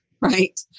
right